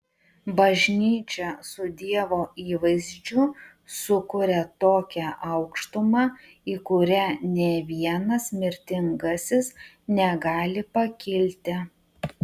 bažnyčia su dievo įvaizdžiu sukuria tokią aukštumą į kurią nė vienas mirtingasis negali pakilti